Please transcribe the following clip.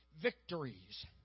victories